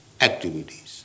activities